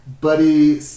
Buddy